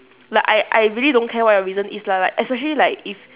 like I I really don't care what your reason is lah like especially like if